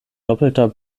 doppelter